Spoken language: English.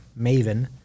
maven